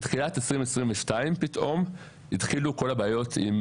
בתחילת 2022 פתאום התחילו כל הבעיות עם